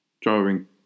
driving